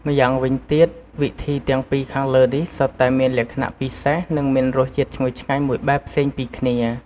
ម្យ៉ាងវិញទៀតវិធីទាំងពីរខាងលើនេះសុទ្ធតែមានលក្ខណៈពិសេសនិងមានរសជាតិឈ្ងុយឆ្ងាញ់មួយបែបផ្សេងពីគ្នា។